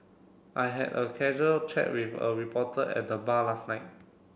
I had a casual chat with a reporter at the bar last night